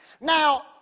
Now